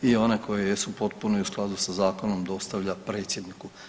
I one koje jesu potpune i u skladu sa zakonom dostavlja predsjedniku.